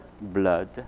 blood